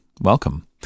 welcome